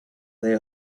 they